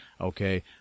Okay